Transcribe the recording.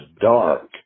dark